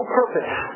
purpose